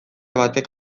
batek